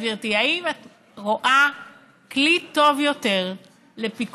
גברתי: האם את רואה כלי טוב יותר לפיקוח